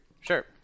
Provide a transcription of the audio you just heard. Sure